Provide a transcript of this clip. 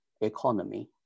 economy